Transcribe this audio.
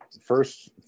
first